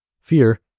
Fear